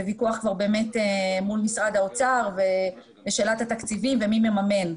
זה ויכוח כבר באמת מול משרד האוצר ושאלת התקציבים ומי ממן,